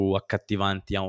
accattivanti